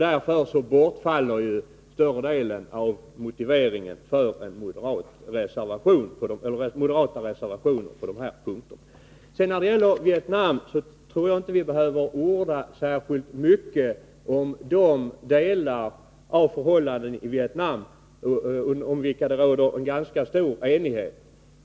Därmed bortfaller i stort sett motiveringen för de moderata reservationerna på dessa punkter. Jag tror inte vi behöver orda särskilt mycket om de förhållanden i Vietnam där vi i stort sett är eniga.